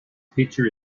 picture